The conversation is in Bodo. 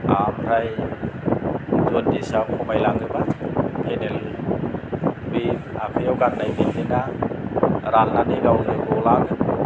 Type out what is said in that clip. ओमफ्राय जन्दिसा खमायलाङोबा खेनेल बे आखाइआव गाननाय बेन्दोङा राननानै गावनो गलाङो